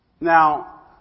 Now